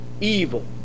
evil